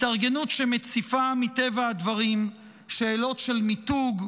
התארגנות שמציפה מטבע הדברים שאלות של מיתוג,